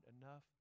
enough